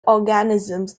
organisms